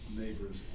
Neighbors